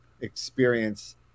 experience